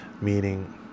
meaning